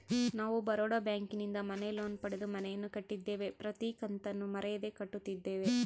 ನಾವು ಬರೋಡ ಬ್ಯಾಂಕಿನಿಂದ ಮನೆ ಲೋನ್ ಪಡೆದು ಮನೆಯನ್ನು ಕಟ್ಟಿದ್ದೇವೆ, ಪ್ರತಿ ಕತ್ತನ್ನು ಮರೆಯದೆ ಕಟ್ಟುತ್ತಿದ್ದೇವೆ